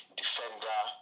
defender